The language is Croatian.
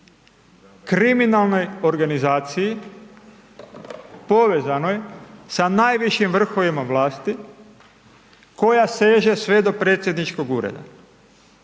kriminalnoj organizaciji povezanoj sa najvišim vrhovima vlasti koja seže sve do predsjedničkog ureda